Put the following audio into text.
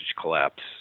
collapse